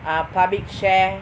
ah public share